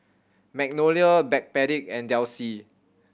Magnolia Backpedic and Delsey